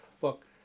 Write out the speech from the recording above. book